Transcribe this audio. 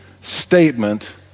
statement